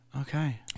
Okay